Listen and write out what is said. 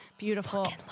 Beautiful